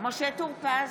משה טור פז,